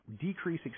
decrease